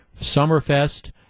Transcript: Summerfest